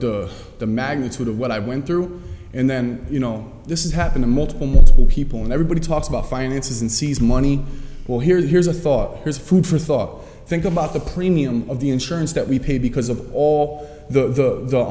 the the magnitude of what i went through and then you know this is happening multiple multiple people and everybody talks about finances and sees money well here's here's a thought here's food for thought think about the premium of the insurance that we pay because of all the